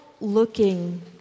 looking